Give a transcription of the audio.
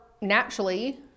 naturally